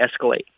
escalate